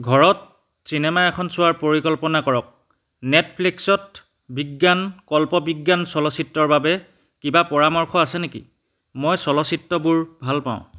ঘৰত চিনেমা এখন চোৱাৰ পৰিকল্পনা কৰক নেটফ্লিক্সত বিজ্ঞান কল্পবিজ্ঞান চলচ্চিত্ৰৰ বাবে কিবা পৰামৰ্শ আছে নেকি মই চলচ্চিত্ৰবোৰ ভাল পাওঁ